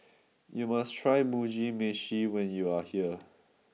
you must try Mugi Meshi when you are here